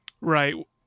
right